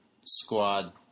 squad